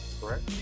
correct